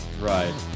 Right